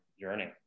journey